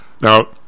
Now